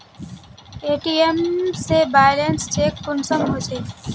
ATM से balance check कुंसम होचे?